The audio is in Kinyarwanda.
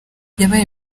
yabaye